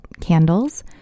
candles